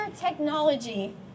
technology